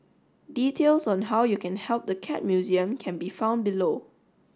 details on how you can help the Cat Museum can be found below